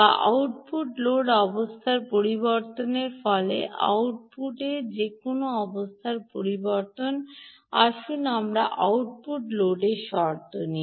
বা output load অবস্থার পরিবর্তনের ফলে আউটপুট এ যেকোন অবস্থায় পরিবর্তন আসুন আমাদের আউটপুট লোডের শর্ত দিন